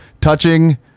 touching